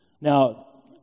Now